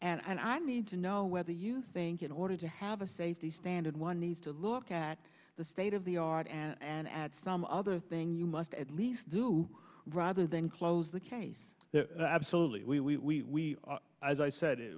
and i need to know whether you think in order to have a safety standard one needs to look at the state of the art and add some other thing you must at least do rather than close the case absolutely we are as i said